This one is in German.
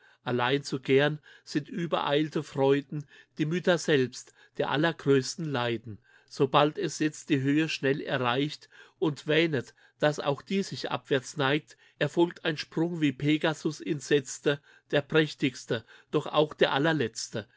allein zu gern sind übereilte freuden die mütter selbst der allergrößten leiden sobald er jetzt die höhe schnell erreicht und wähnet dass auch die sich abwärts neigt erfolgt ein sprung wie pegasus ihn setzte der prächtigste doch auch der allerletzte